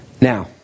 Now